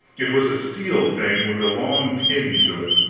it was a steel thing with a long pin to it,